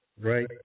right